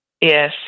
Yes